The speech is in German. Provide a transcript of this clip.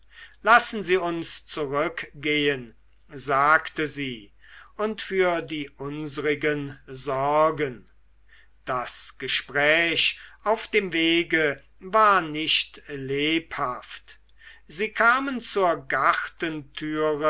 lassen sie uns zurückgehen sagte sie und für die unsrigen sorgen das gespräch auf dem wege war nicht lebhaft sie kamen zur gartentüre